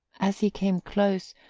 as he came close,